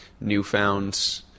newfound